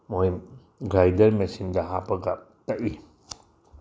ꯃꯣꯏ ꯒ꯭ꯔꯥꯏꯟꯗꯔ ꯃꯁꯤꯅꯗ ꯍꯥꯞꯄꯒ ꯇꯥꯛꯏ